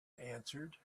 answered